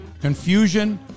Confusion